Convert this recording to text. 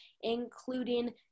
including